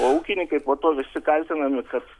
o ūkininkai po to visi kaltinami kad